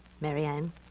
Marianne